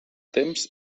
temps